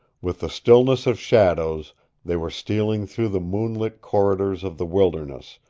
with the stillness of shadows they were stealing through the moonlit corridors of the wilderness,